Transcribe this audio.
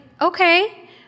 okay